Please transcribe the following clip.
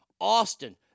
Austin